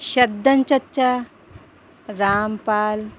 شدن چچا رام پال